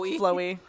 flowy